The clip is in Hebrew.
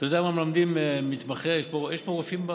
אתה יודע מה מלמדים מתמחה, יש פה רופאים?